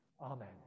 amen